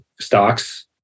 stocks